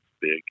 big